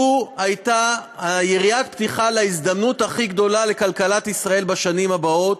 זו הייתה יריית הפתיחה להזדמנות הכי גדולה לכלכלת ישראל בשנים הבאות,